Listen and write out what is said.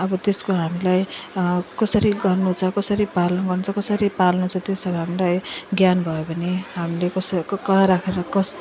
अब त्यसको हामीलाई कसरी गर्नु छ कसरी पालन गर्नु छ कसरी पाल्नु छ त्यो सब हामीलाई ज्ञान भयो भने हामीले कसलाई कहाँ राखेर कस्तो